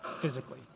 physically